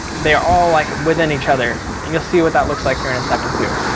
they're all like within each other. and you'll see what that looks like here in a second, too.